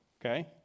okay